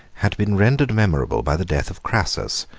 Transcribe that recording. had been rendered memorable by the death of crassus,